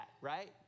right